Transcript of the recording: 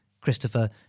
Christopher